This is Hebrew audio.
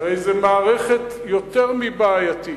הרי זו מערכת יותר מבעייתית,